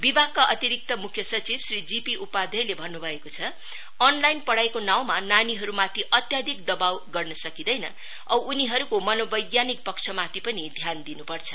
विभागका अतिरिक्त मुख्य सचिव श्री जीपी उपाध्यायले भन्न भएको छ अनलाइन पढाईको नाउँमा नानीहरुमाथि अत्याधिक दवाब गर्न सकिन्दैन अव उनीहरुको मनोवैज्ञानिक पक्षमाथि पनि ध्यान दिनुपर्छ